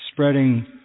spreading